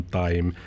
time